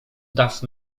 das